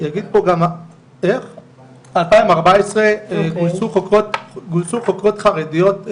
2014 גויסו חוקרות חרדיות,